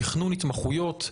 תכנון התמחויות,